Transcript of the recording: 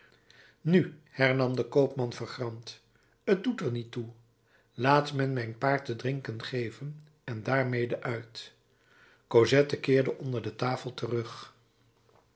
nu hernam de koopman vergramd t doet er niet toe laat men mijn paard te drinken geven en daarmede uit cosette keerde onder de tafel terug